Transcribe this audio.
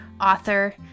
author